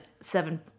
seven